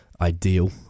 ideal